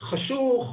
חשוך,